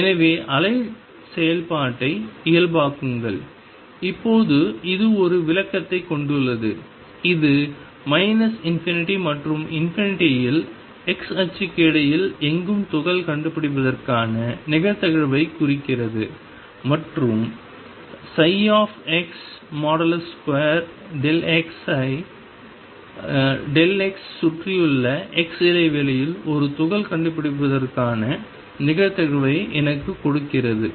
எனவே அலை செயல்பாட்டை இயல்பாக்குங்கள் இப்போது இது ஒரு விளக்கத்தைக் கொண்டுள்ளது இது ∞ மற்றும் இல் x அச்சுக்கு இடையில் எங்கும் துகள் கண்டுபிடிப்பதற்கான நிகழ்தகவைக் குறிக்கிறது மற்றும் ψ2x ஐச் x சுற்றியுள்ள x இடைவெளியில் ஒரு துகள் கண்டுபிடிக்கப்படுவதற்கான நிகழ்தகவை எனக்குக் கொடுக்கிறது